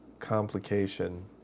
complication